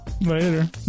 Later